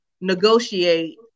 negotiate